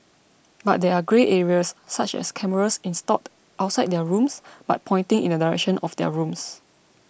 but there are grey areas such as cameras installed outside their rooms but pointing in the direction of their rooms